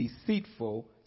deceitful